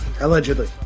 Allegedly